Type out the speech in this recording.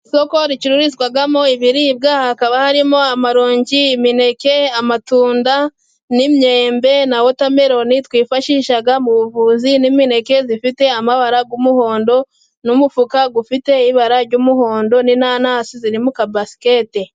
Isoko ricururizwamo ibiribwa hakaba harimo amaronji ,imineke, amatunda, n'imyembe na wotameloni twifashisha mu buvuzi ,n'imineke zifite amabara y'umuhondo n'umufuka ufite ibara ry'umuhondo, n'inanasi ziri mu kabasikete.